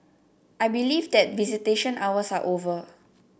I believe that visitation hours are over